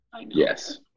Yes